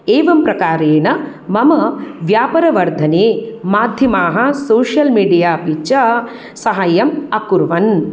एवं प्रकारेण मम व्यापारवर्धने माध्यमाः सोश्यल् मिडिया अपि च सहाय्यम् अकुर्वन्